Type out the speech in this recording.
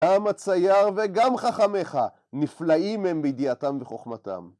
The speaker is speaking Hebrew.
עם הצייר וגם חכמיך, נפלאים הם בידיעתם וחוכמתם.